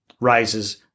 rises